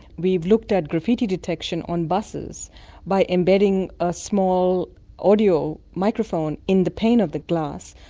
we've looked at graffiti detection on buses by embedding a small audio microphone in the pane of the glass,